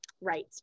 Right